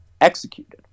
executed